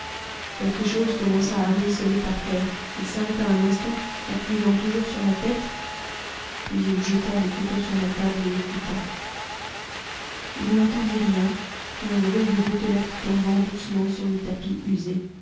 quelque chose commença à ruisseler par terre il s'arrêta un instant appuyant toujours sur la tête puis il jeta le couteau sur la table et écouta il n'entendit rien qu'un bruit de gouttelettes tombant doucement sur le tapis usé